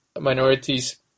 minorities